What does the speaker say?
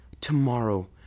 tomorrow